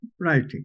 Writing